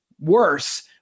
worse